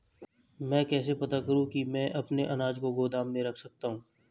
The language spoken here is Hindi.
मैं कैसे पता करूँ कि मैं अपने अनाज को गोदाम में रख सकता हूँ?